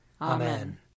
Amen